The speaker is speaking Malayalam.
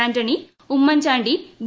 ആന്റണി ഉമ്മൻച്ചാണ്ടി വി